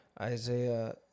Isaiah